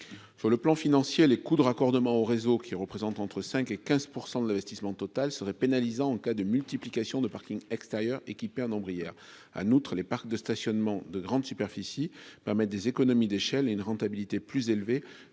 sur le plan financier, les coûts de raccordement au réseau, qui représentent entre 5 et 15 % de l'investissement total serait pénalisant en cas de multiplication de parking extérieur et qui perdent en Brière, un autre les parcs de stationnement de grandes superficies permettent des économies d'échelle et une rentabilité plus élevée